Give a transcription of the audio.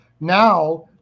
now